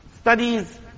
Studies